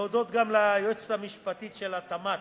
להודות גם ליועצת המשפטית של התמ"ת,